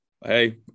hey